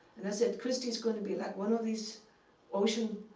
and i said, christy's going to be like one of these ocean